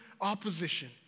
opposition